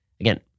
Again